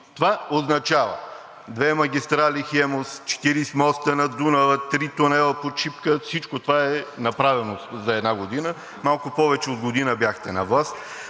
Това означава – две магистрали „Хемус“, 40 моста на Дунава, три тунела под Шипка, и всичко това е направено за една година, а малко повече от година бяхте на власт.